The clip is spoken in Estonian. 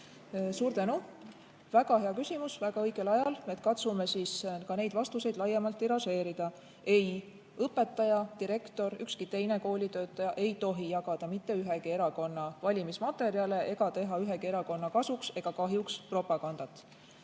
Suur tänu! Väga hea küsimus väga õigel ajal. Katsume siis ka neid vastuseid laiemalt tiražeerida. Ei õpetaja, direktor ega ükski teine koolitöötaja ei tohi jagada mitte ühegi erakonna valimismaterjale ega teha ühegi erakonna kasuks ega kahjuks propagandat.